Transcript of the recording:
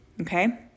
okay